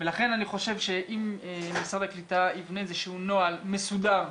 לכן אני חושב שאם משרד הקליטה יבנה איזה שהוא נוהל מסודר,